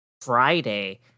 Friday